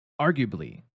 arguably